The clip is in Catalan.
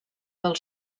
del